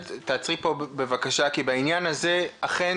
תעצרי פה בבקשה כי בעניין הזה אכן